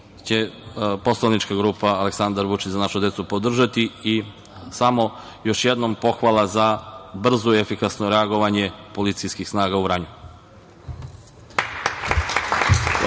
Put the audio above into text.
poslanička grupa Aleksandar Vučić – Za našu decu ovo podržati. Samo još jednom pohvala za brzo i efikasno reagovanje policijskih snaga u Vranju.